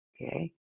Okay